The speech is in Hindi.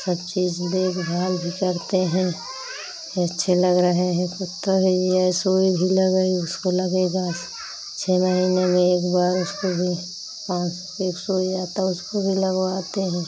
सब चीज़ देखभाल भी करते हैं ये अच्छे लग रहे हैं कुत्ता भी जियाए सुईं भी लगाई उसको लगेगा छः महीने में एक बार उसको भी पाँच सौ की एक सुईं आती उसको भी लगवाते हैं